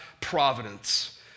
providence